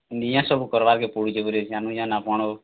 ନିଜେ ସବୁ କର୍ବାକେ ପଡୁଛେ ପରେ ଜାନୁଛନ୍ ଆପଣ୍ ଆଉ